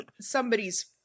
somebody's